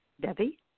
Debbie